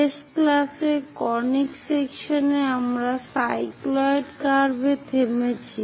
শেষ ক্লাসে কনিক সেকশনে আমরা সাইক্লয়েড কার্ভে থেমেছি